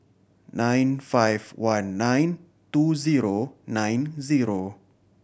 nine five one nine two zero nine zero